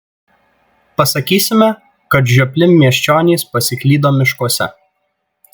pasakysime kad žiopli miesčionys pasiklydo miškuose